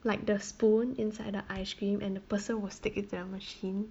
like the spoon inside the ice cream and the person will stick in their machine